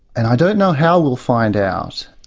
and i don't know how we'll find out.